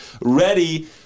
ready